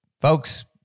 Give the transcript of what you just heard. Folks